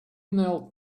knelt